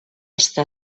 està